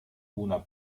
una